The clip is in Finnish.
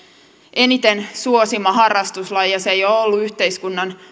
eniten suosima harrastuslaji ja se ei ole ollut yhteiskunnan